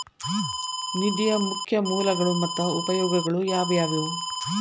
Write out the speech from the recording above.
ನಿಧಿಯ ಮುಖ್ಯ ಮೂಲಗಳು ಮತ್ತ ಉಪಯೋಗಗಳು ಯಾವವ್ಯಾವು?